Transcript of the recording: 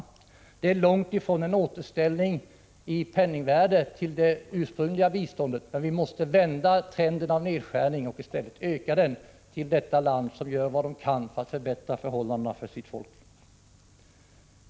Det innebär långt ifrån någon återställning av det ursprungliga biståndets penningvärde, men vi måste vända trenden och nedskärningen för att i stället öka biståndet till detta land, som gör vad man kan för att förbättra förhållandena för sitt folk.